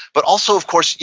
but also, of course,